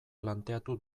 planteatu